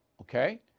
Okay